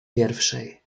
pierwszej